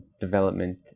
development